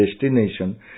destination